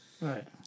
right